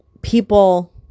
people